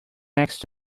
next